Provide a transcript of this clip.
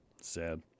sad